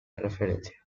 referencia